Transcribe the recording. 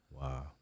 wow